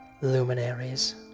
luminaries